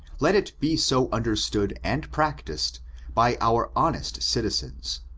let it be so understood and practised by our honest citizens,